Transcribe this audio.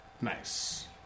Nice